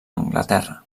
anglaterra